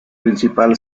principal